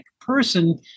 person